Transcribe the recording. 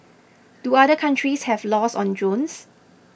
do other countries have laws on drones